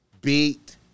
beat